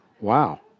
Wow